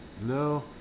no